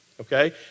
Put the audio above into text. okay